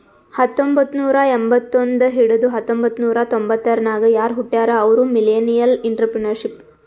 ಹತ್ತಂಬೊತ್ತ್ನೂರಾ ಎಂಬತ್ತೊಂದ್ ಹಿಡದು ಹತೊಂಬತ್ತ್ನೂರಾ ತೊಂಬತರ್ನಾಗ್ ಯಾರ್ ಹುಟ್ಯಾರ್ ಅವ್ರು ಮಿಲ್ಲೆನಿಯಲ್ಇಂಟರಪ್ರೆನರ್ಶಿಪ್